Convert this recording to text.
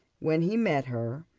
when he met her,